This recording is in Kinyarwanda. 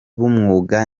b’umwuga